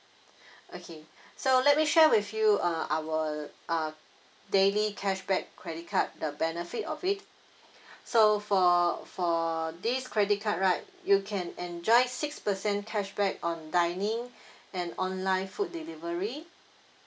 okay so let me share with you uh our uh daily cashback credit card the benefit of it so for for this credit card right you can enjoy six percent cashback on dining and online food delivery